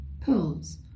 pearls